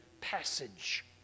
passage